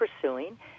pursuing